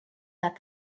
that